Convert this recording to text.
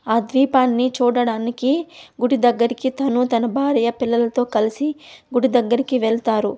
ఆ ద్వీపాన్ని చూడడానికి గుడి దగ్గరికి తను తన భార్య పిల్లలతో కలిసి గుడి దగ్గరికి వెళ్తారు